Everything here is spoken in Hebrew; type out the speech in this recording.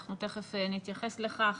אנחנו תיכף נתייחס לכך.